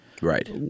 Right